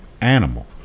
animal